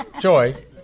Joy